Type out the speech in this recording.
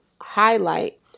highlight